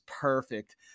perfect